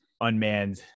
Unmanned